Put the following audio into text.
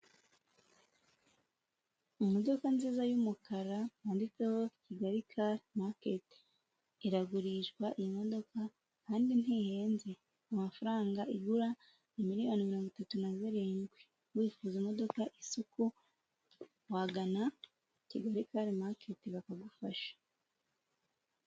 Imodoka nziza y'umukara, yanditseho Kigali kare maketi, iragurishwa iyi imodoka kandi ntihenze. Amafaranga igura ni miliyoni mirongo itatu na zirindwi. Wifuza imodoka isa uku, wagana Kigali kare maketi bakagufasha.